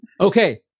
Okay